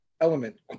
element